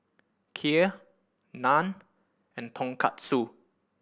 Kheer Naan and Tonkatsu